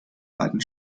beiden